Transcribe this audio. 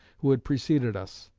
who had preceded us.